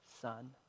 Son